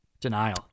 denial